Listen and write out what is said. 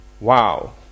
Wow